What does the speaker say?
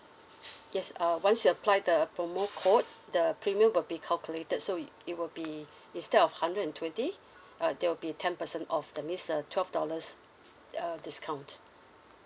yes uh once you apply the promo code the premium will be calculated so it it will be instead of hundred and twenty uh there will be ten percent off that means a twelve dollars err discount